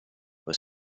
was